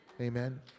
amen